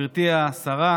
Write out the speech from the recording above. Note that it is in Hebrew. גברתי השרה,